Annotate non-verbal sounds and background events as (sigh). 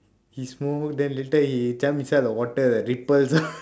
he then later he jump inside the water and ripples (laughs)